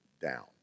down